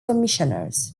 commissioners